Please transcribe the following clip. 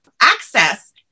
access